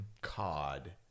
COD